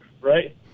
right